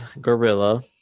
gorilla